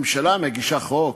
הממשלה מגישה חוק,